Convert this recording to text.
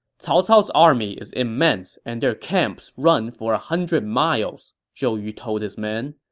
cao cao's army is immense and their camps run for a hundred miles, zhou yu told his men.